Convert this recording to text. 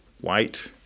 white